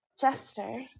Jester